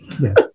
Yes